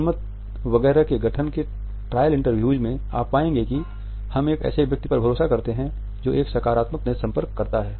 जनमत वगैरह के गठन के ट्रायल इंटरव्यूज में आप पाएंगे कि हम एक ऐसे व्यक्ति पर भरोसा करते हैं जो एक सकारात्मक नेत्र संपर्क करता है